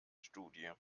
studie